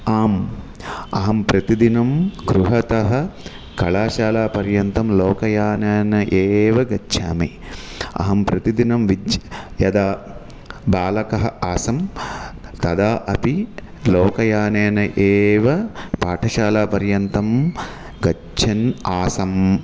आम् अहं प्रतिदिनं गृहतः कलाशालापर्यन्तं लोकयानेन एव गच्छामि अहं प्रतिदिनं विच्छ् यदा बालकः आसं तदा अपि लोकयानेन एव पाठशालापर्यन्तं गच्छन् आसं